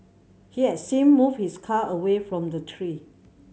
he has same moved his car away from the tree